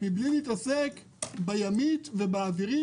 מבלי להתעסק בימית ובאווירית,